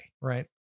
right